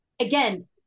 again